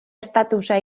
estatusa